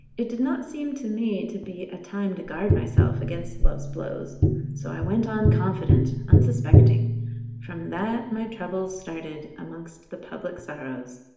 it did not seem to me to be a time to guard myself against love's blows so i went on confident, unsuspecting from that, my troubles started, amongst the public sorrows.